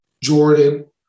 Jordan